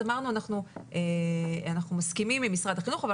לכן אמרנו שאנחנו מסכימים עם משרד החינוך אבל